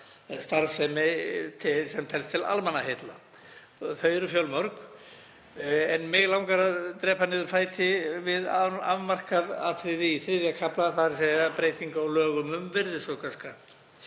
starfsemi sem telst til almannaheilla. Þau eru fjölmörg en mig langar að drepa niður fæti við afmarkað atriði í III. kafla um breytingu á lögum um virðisaukaskatt